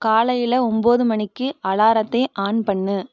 காலையில் ஒம்பது மணிக்கு அலாரத்தை ஆன் பண்ணு